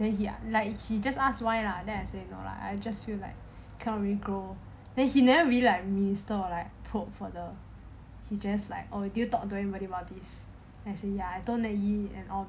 then he like he just ask why lah then I say no lah I just feel like cannot really grow then he never really like minister or like vote for the he just like oh did you talk to anybody about it then I say ya I told mandy and all